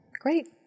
Great